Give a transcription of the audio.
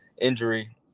injury